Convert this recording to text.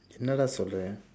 என்னடா சொல்லுறே:ennadaa solluree